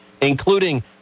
including